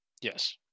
Yes